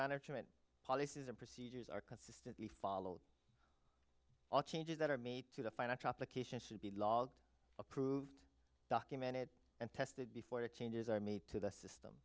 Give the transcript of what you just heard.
management policies and procedures are consistently followed all changes that are made to the financial obligations should be approved documented and tested before the changes are made to the system